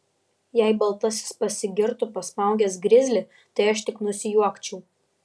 jei baltasis pasigirtų pasmaugęs grizlį tai aš tik nusijuokčiau